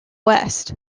west